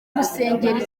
gusengera